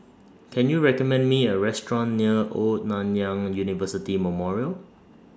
Can YOU recommend Me A Restaurant near Old Nanyang University Memorial